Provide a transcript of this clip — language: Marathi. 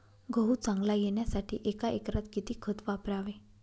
गहू चांगला येण्यासाठी एका एकरात किती खत वापरावे?